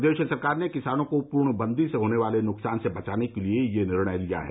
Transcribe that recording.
प्रदेश सरकार ने किसानों को पूर्णबंदी से होने वाले नुकसान से बचाने के लिए यह निर्णय लिया है